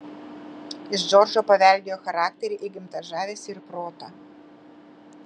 iš džordžo paveldėjo charakterį įgimtą žavesį ir protą